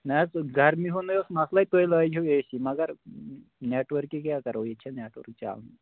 نہ حظ گرمی ہُنٛد نے اوس مَسلے تُہۍ لٲگہِو اے سی مگر نٮ۪ٹؤکہِ کیٛاہ کرو ییٚتہِ چھِنہٕ نٮ۪ٹؤرٕک چَلنٕے